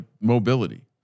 mobility